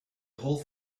whole